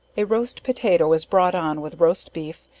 a roast potato is brought on with roast beef,